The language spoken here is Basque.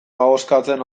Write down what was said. ahoskatzen